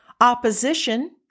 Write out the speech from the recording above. Opposition